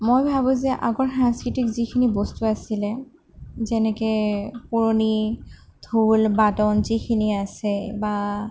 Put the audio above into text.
মই ভাবোঁ যে আগৰ সাংস্কৃতিক যিখিনি বস্তু আছিলে যেনেকে পুৰণি ঢোলবাদন যিখিনি আছে বা